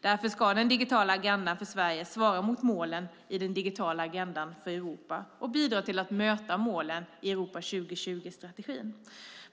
Därför ska den digitala agendan för Sverige svara mot målen i den digitala agendan för Europa och bidra till att möta målen i Europa 2020-strategin.